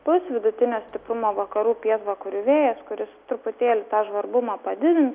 pūs vidutinio stiprumo vakarų pietvakarių vėjas kuris truputėlį tą žvarbumą padidins